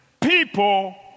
People